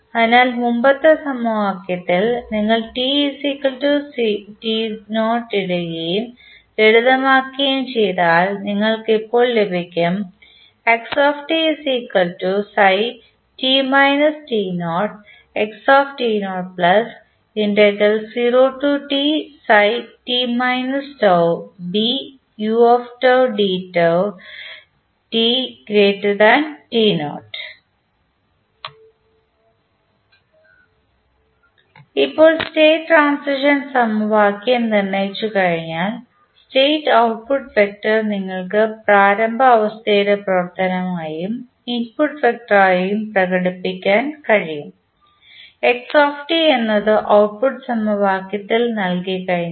അതിനാൽ മുമ്പത്തെ സമവാക്യത്തിൽ നിങ്ങൾ t t0 ഇടുകയും ലളിതമാക്കുകയും ചെയ്താൽ നിങ്ങൾക്ക് ഇപ്പോൾ ലഭിക്കും ഇപ്പോൾ സ്റ്റേറ്റ് ട്രാൻസിഷൻ സമവാക്യം നിർണ്ണയിച്ചുകഴിഞ്ഞാൽ സ്റ്റേറ്റ് ഔട്ട്പുട്ട് വെക്റ്റർ നിങ്ങൾക്ക് പ്രാരംഭ അവസ്ഥയുടെ പ്രവർത്തനമായും ഇൻപുട്ട് വെക്ടറായും പ്രകടിപ്പിക്കാൻ കഴിയും എന്നത് ഔട്ട്പുട്ട് സമവാക്യത്തിൽ നൽകിക്കഴിഞ്ഞാൽ